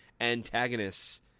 antagonists